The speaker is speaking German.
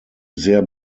sehr